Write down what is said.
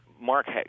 Mark